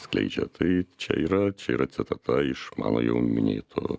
skleidžia tai čia yra čia yra citata iš mano jau minėto